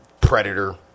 predator